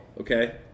okay